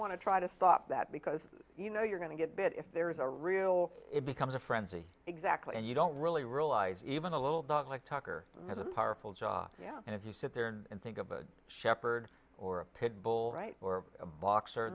want to try to stop that because you know you're going to get bit if there is a real it becomes a frenzy exactly and you don't really realize even a little dog like tucker has a powerful job and if you sit there and think of a shepherd or a pit bull or a boxer